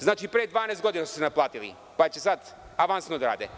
Znači pre 12 godina su se naplatili, pa će sada avansno da rade.